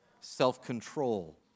Self-control